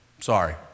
sorry